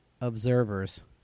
observers